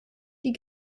die